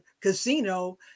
casino